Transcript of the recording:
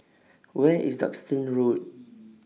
Where IS Duxton Road